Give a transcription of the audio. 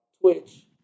Twitch